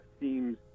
seems